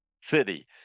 city